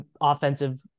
offensive